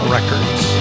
Records